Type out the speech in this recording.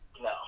No